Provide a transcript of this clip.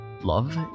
Love